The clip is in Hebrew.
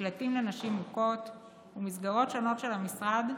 במקלטים לנשים מוכות ובמסגרות שונות של המשרד,